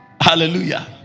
Hallelujah